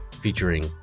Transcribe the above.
Featuring